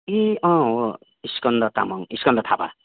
ए अँ हो स्कन्द तामाङ स्कन्द थापा